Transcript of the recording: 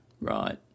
Right